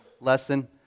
lesson